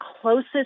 closest